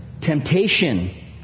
Temptation